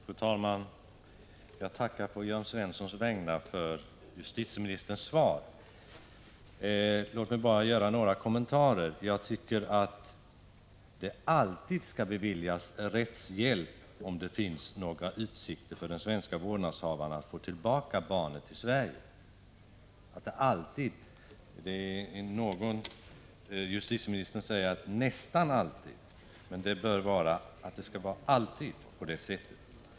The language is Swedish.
Fru talman! Jag tackar på Jörn Svenssons vägnar för justitieministerns svar. Låt mig göra några kommentarer. Jag tycker att det alltid skall beviljas rättshjälp om det finns några utsikter för den svenska vårdnadshavaren att få tillbaka barnet till Sverige. Justitieministern säger nästan alltid, det bör vara alltid.